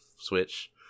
Switch